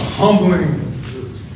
Humbling